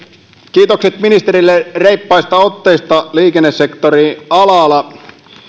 kiitokset ministerille reippaista otteista liikennesektorilla